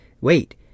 Wait